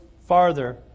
farther